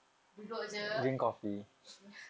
duduk jer okay